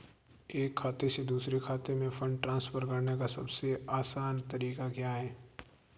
एक खाते से दूसरे खाते में फंड ट्रांसफर करने का सबसे आसान तरीका क्या है?